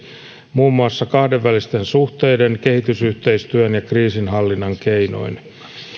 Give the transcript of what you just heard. muun muassa kahdenvälisten suhteiden kehitysyhteistyön ja kriisinhallinnan keinoin